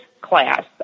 class